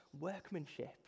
workmanship